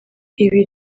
ibi